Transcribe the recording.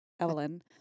Evelyn